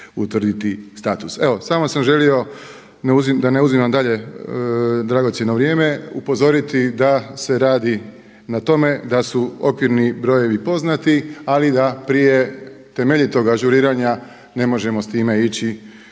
utvrditi status. Evo samo sam želio da ne uzimam dalje dragocjeno vrijeme upozoriti da se radi na tome da su okvirni brojevi poznati ali da prije temeljitog ažuriranja ne možemo s time ići,